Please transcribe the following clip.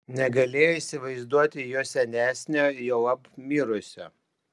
negalėjo įsivaizduoti jo senesnio juolab mirusio